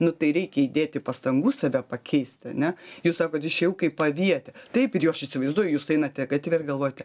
nu tai reikia įdėti pastangų save pakeisti ane jūs sakot išėjau kaip avietė taip ir jo aš įsivaizduoju jūs einate gatve ir galvojate